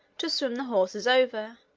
to swim the horses over,